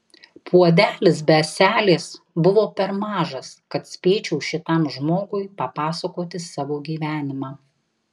puodelis be ąselės buvo per mažas kad spėčiau šitam žmogui papasakoti savo gyvenimą